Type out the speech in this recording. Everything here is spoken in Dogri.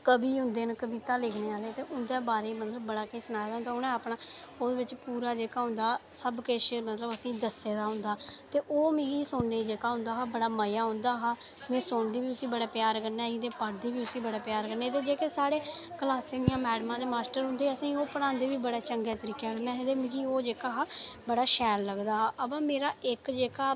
कवि होंदे न कविता लिखने आह्ले ते उं'दे बारे च बड़ा किश सनाए दा होंदा उनें अपना ओह्दे बिच पूरा जेह्का होंदा सब किश मतलब असें गी दस्से दा होंदा ते ओह् मिगी सुनने दा जेह्का औंदा हा बड़ा मजा औंदा हा मैं सुनदी बी उसी बड़े प्यार कन्नै ही ते पढ़दी बी बड़़े प्यार कन्नै ही ते जेह्के साढ़े क्लासें दियां मैडमां ते मास्टर होंदे हे असें गी ओह् पढ़ांदे बी बड़े चंगे तरीके कन्नै हे ते मिगी ओह् जेहका हा बड़ा शैल लगदा हा अवा मेरा इक जेह्का